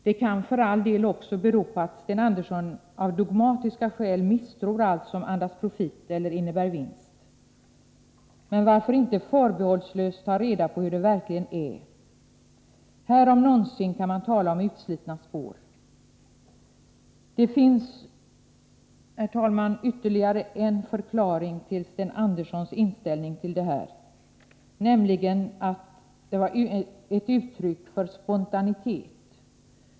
Det kan, för all del, också bero på att Sten Andersson av dogmatiska skäl misstror allt som andas profit eller som innebär vinst. Men varför inte förbehållslöst ta reda på hur det verkligen är? Här om någonstans kan man tala om utslitna spår. Det finns, herr talman, ytterligare en förklaring till Sten Anderssons inställning till detta, nämligen att den var ett uttryck för spontanitet.